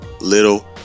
little